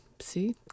See